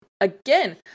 Again